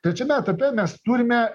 trečiame etape mes turime